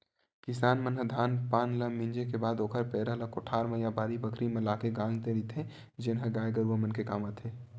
किसान मन ह धान पान ल मिंजे के बाद ओखर पेरा ल कोठार म या बाड़ी बखरी म लाके गांज देय रहिथे जेन ह गाय गरूवा मन के काम आथे